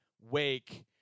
Wake